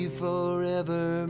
forever